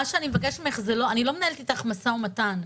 אני לא מנהלת איתך משא ומתן.